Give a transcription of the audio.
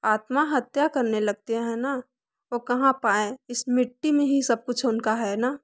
आत्माहत्या करने लगते हैं ना वो कहाँ पाएं इस मिट्टी में ही सब कुछ उनका है ना